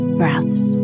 breaths